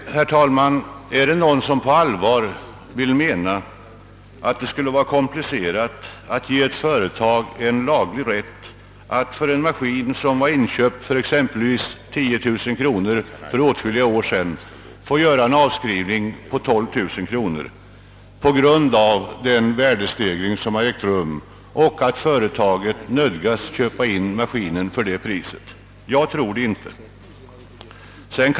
Men, herr talman, är det någon som på allvar vill påstå att det skulle vara komplicerat att ge ett företag laglig rätt att för en maskin, som inköpts för exempelvis 10 000 kronor för åtskilliga år sedan, få göra en avskrivning på 12 000 kronor på grund av den värde stegring som har ägt rum och på grund av att företaget nödgats inköpa maskiner för det priset? Jag tror det inte.